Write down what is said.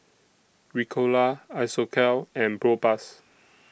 Ricola Isocal and Propass